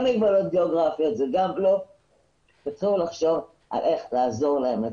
מגבלות גיאוגרפיות צריך לחשוב איך לעזור להם לצאת.